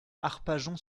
arpajon